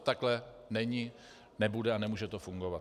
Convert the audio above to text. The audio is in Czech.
Tak to není, nebude a nemůže to fungovat.